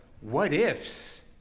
what-ifs